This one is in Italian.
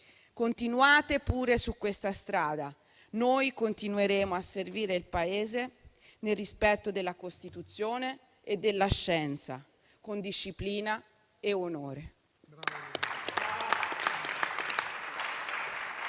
continuate pure su questa strada. Noi continueremo a servire il Paese nel rispetto della Costituzione e della scienza, con disciplina e onore.